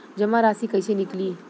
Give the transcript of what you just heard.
जमा राशि कइसे निकली?